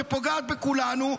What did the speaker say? שפוגעת בכולנו,